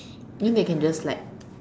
you know they can just like